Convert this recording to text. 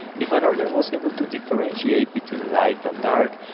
if an organ was able to differentiate between light and dark,